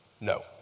no